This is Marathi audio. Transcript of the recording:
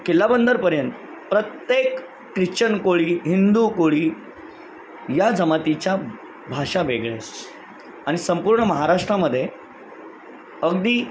किल्लाबंदरपर्यंत प्रत्येक क्रिश्चन कोळी हिंदू कोळी या जमातीच्या भाषा वेगळ्याच आणि संपूर्ण महाराष्ट्रामध्ये अगदी